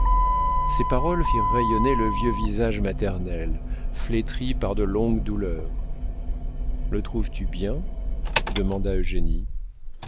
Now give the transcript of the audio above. ces paroles firent rayonner le vieux visage maternel flétri par de longues douleurs le trouves-tu bien demanda